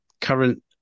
current